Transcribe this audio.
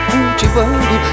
Cultivando